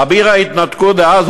אביר ההתנתקות דאז,